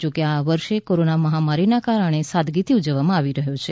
જો કે આ વર્ષે કોરોના મહામારીના કારણે સાદગીથી ઉજવવામાં આવી રહ્યો છે